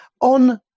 on